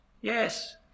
yes